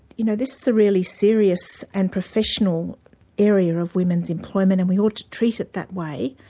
you know, this is a really serious and professional area of women's employment, and we ought to treat it that way,